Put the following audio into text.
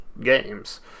games